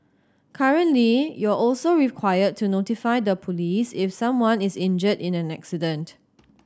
currently you're also required to notify the police if someone is injured in an accident